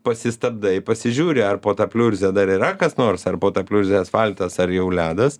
pasistabdai ir pasižiūri ar po ta pliurze dar yra kas nors ar po ta pliurze asfaltas ar jau ledas